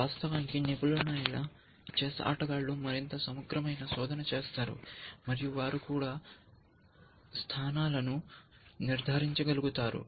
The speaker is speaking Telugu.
వాస్తవానికి నిపుణులైన చెస్ ఆటగాళ్ళు మరింత సమగ్రమైన శోధన చేస్తారు మరియు వారు కూడా స్థానాలను నిర్ధారించగలుగుతారు